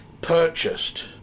purchased